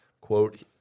Quote